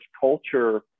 culture